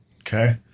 Okay